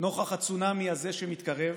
נוכח הצונמי הזה שמתקרב,